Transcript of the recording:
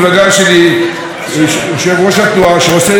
שעושה ימים ולילות למען עם ישראל כולו,